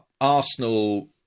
Arsenal